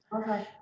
Okay